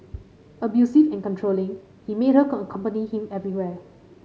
abusive and controlling he made her accompany him everywhere